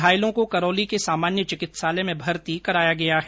घायलों को करौली के सामान्य चिकित्सालय में भर्ती कराया गया है